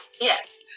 Yes